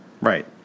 Right